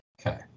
Okay